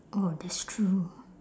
oh that's true